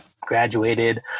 graduated